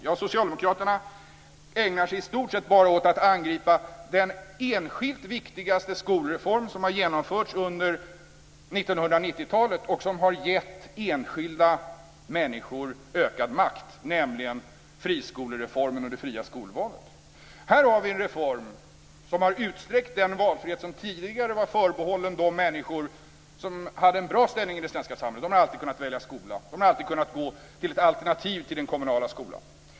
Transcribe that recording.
Jo, de ägnar sig i stort sett bara åt att angripa den enskilt viktigaste skolreform som har genomförts under 1990-talet och som har gett enskilda människor ökad makt, nämligen friskolereformen och det fria skolvalet. Här har vi en reform som har utsträckt den valfrihet som tidigare var förbehållen de människor som hade en bra ställning i det svenska samhället. De har alltid kunnat välja skola och gå till ett alternativ till den kommunala skolan.